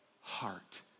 heart